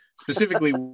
specifically